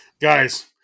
guys